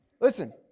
listen